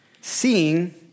seeing